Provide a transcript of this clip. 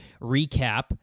recap